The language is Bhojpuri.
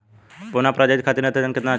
बौना प्रजाति खातिर नेत्रजन केतना चाही?